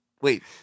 Wait